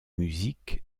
musiques